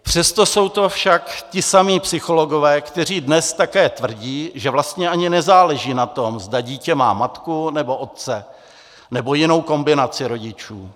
Přesto jsou to však ti samí psychologové, kteří dnes také tvrdí, že vlastně ani nezáleží na tom, zda dítě má matku, nebo otce, nebo jinou kombinaci rodičů.